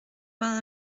vingt